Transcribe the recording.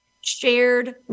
shared